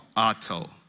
Otto